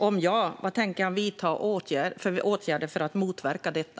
Om svaret är ja, vad tänker han vidta för åtgärder för att motverka detta?